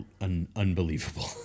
unbelievable